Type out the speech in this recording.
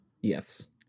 Yes